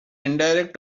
indirect